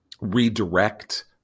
redirect